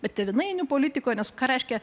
bet tėvynainių politikoj nes ką reiškia